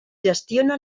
gestiona